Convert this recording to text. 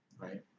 right